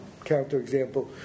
counterexample